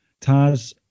Taz